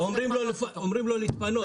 אומרים לו להתפנות.